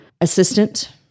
assistant